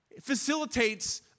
facilitates